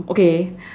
um okay